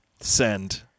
Send